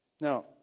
Now